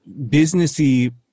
businessy